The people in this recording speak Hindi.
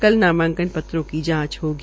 कल नामांकन पत्रों की जांच होगी